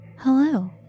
Hello